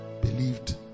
believed